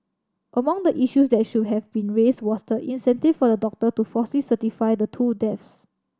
among the issues that should have been raised was the incentive for the doctor to falsely certify the two deaths